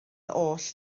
oll